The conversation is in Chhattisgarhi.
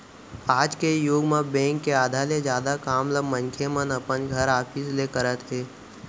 आज के जुग म बेंक के आधा ले जादा काम ल मनखे मन अपन घर, ऑफिस ले करत हे